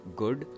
good